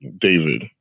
david